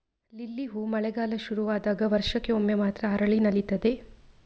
lily ಹೂ ಮಳೆಗಾಲ ಶುರು ಆದಾಗ ವರ್ಷಕ್ಕೆ ಒಮ್ಮೆ ಮಾತ್ರ ಅರಳಿ ನಲೀತದೆ